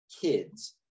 kids